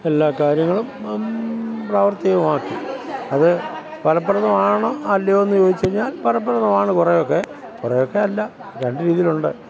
എല്ലാ കാര്യങ്ങളും പ്രാവര്ത്തികമാക്കി അത് ഫലപ്രദമാണോ അല്ലയോയെന്ന് ചോദിച്ചു കഴിഞ്ഞാല് ഫലപ്രദമാണ് കുറേയൊക്കെ കുറേയൊക്കെ അല്ല രണ്ട് രീതിയിലുണ്ട്